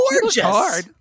gorgeous